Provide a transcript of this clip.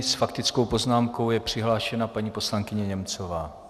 S faktickou poznámkou je přihlášená paní poslankyně Němcová.